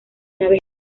naves